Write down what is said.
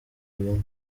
inka